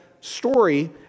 story